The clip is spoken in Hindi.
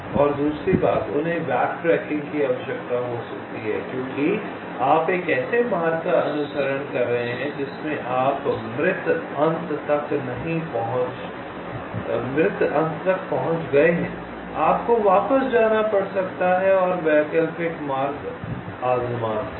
और दूसरी बात उन्हें बैकट्रैकिंग की आवश्यकता हो सकती है क्योंकि आप एक ऐसे मार्ग का अनुसरण कर रहे हैं जिसमें आप मृत अंत तक पहुँच गए हैं आपको वापस जाना पड़ सकता है और वैकल्पिक मार्ग आज़मा सकते हैं